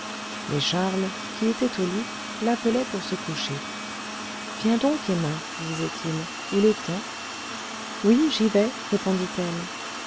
mais charles qui était au lit l'appelait pour se coucher viens donc emma disait-il il est temps oui j'y vais répondait-elle